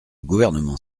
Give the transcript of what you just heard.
gouvernement